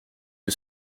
que